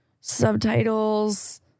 subtitles